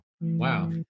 Wow